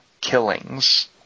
Killings